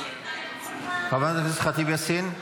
חברת הכנסת ח'טיב יאסין,